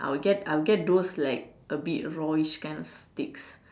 I'll get I'll get those a bit rawish kind of steaks